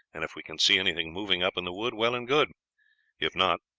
and if we can see anything moving up in the wood, well and good if not,